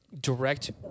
direct